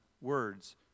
words